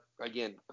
again